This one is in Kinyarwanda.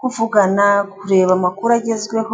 kuvugana kureba amakuru agezweho.